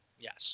Yes